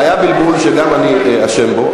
היה בלבול, שגם אני אשם בו.